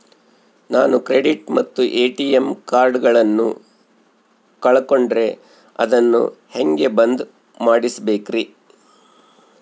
ನಾನು ಕ್ರೆಡಿಟ್ ಮತ್ತ ಎ.ಟಿ.ಎಂ ಕಾರ್ಡಗಳನ್ನು ಕಳಕೊಂಡರೆ ಅದನ್ನು ಹೆಂಗೆ ಬಂದ್ ಮಾಡಿಸಬೇಕ್ರಿ?